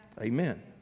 Amen